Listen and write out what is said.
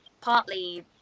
partly